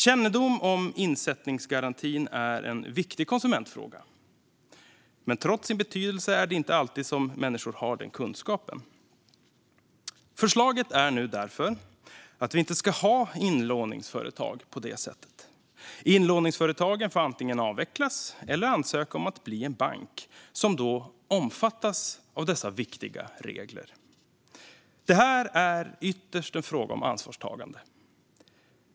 Kännedom om insättningsgarantin är en viktig konsumentfråga, men trots den stora betydelsen har människor inte alltid den kunskapen. Förslaget är nu därför att vi inte ska ha inlåningsföretag på det sättet. Inlåningsföretagen får antingen avvecklas eller ansöka om att bli banker, som omfattas av dessa viktiga regler. Detta är ytterst en fråga om ansvarstagande.